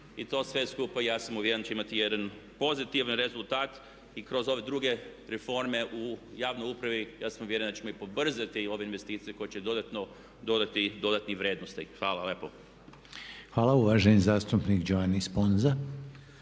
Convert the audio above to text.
I to sve skupa ja sam uvjeren da će imati jedan pozitivan rezultat i kroz ove druge reforme u javnoj upravi ja sam uvjeren da ćemo ubrzati ove investicije koje će donijeti dodatne vrijednosti. Hvala lijepo. **Reiner, Željko (HDZ)**